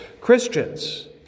Christians